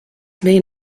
main